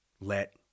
let